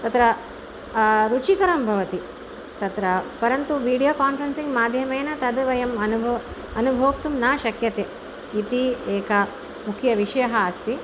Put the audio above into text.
तत्र रुचिकरं भवति तत्र परन्तु वीडियोकान्फ़ेरेन्सिङ्ग् माध्यमेन तद् वयम् अनुभो अनुभोक्तुं न शक्यते इति एकः मुख्यः विषयः अस्ति